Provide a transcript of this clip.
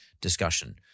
discussion